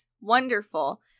Wonderful